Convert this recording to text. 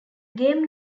game